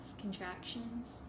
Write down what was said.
contractions